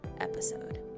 episode